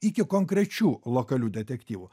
iki konkrečių lokalių detektyvų